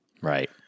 Right